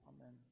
amen